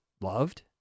loved